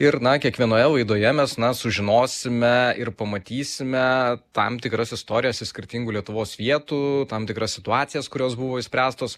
ir na kiekvienoje laidoje mes na sužinosime ir pamatysime tam tikras istorijas iš skirtingų lietuvos vietų tam tikras situacijas kurios buvo išspręstos